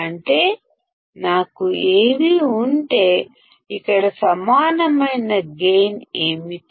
అంటే నా వద్ద Av ఉంటే ఇక్కడ సమానమైన గైన్ ఏమిటి